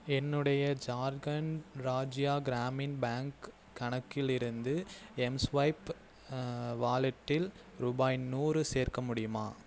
என்னுடைய ஜார்கண்ட் ராஜ்யா கிராமின் பேங்க் கணக்கிலிருந்து எம்ஸ்வைப் வாலெட்டில் ரூபாய் நூறு சேர்க்க முடியுமா